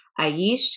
Aish